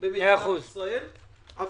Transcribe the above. במדינת ישראל,